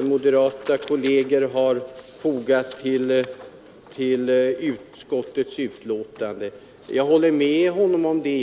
moderata kolleger har fogat till utskottets betänkande är en ringa tröst. Jag håller med honom om det.